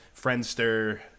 Friendster